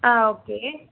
ஆ okay